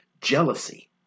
jealousy